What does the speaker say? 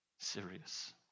Serious